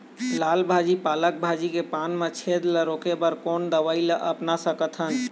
लाल भाजी पालक भाजी के पान मा छेद ला रोके बर कोन दवई ला अपना सकथन?